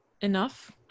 enough